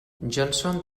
johnson